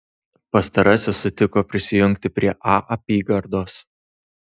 pastarasis sutiko prisijungti prie a apygardos